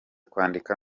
kwandika